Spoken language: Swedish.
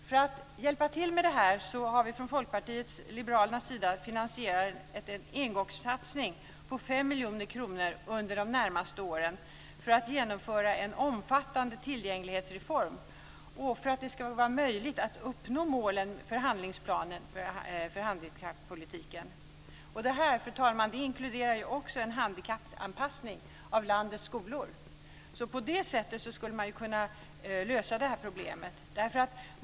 För att hjälpa till med det här har vi från Folkpartiet liberalernas sida finansierat en engångssatsning på 5 miljoner kronor under de närmaste åren för att genomföra en omfattande tillgänglighetsreform och för att det ska vara möjligt att uppnå målen med handlingsplanen för handikappolitiken. Det här, fru talman, inkluderar också en handikappanpassning av landets skolor. På det sättet skulle man ju kunna lösa det här problemet.